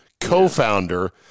co-founder